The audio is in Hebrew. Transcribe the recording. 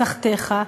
תחתיך,